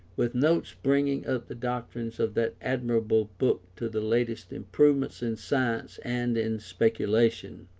with notes bringing up the doctrines of that admirable book to the latest improvements in science and in speculation.